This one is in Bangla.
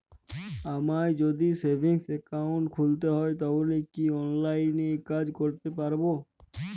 আমায় যদি সেভিংস অ্যাকাউন্ট খুলতে হয় তাহলে কি অনলাইনে এই কাজ করতে পারবো?